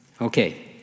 Okay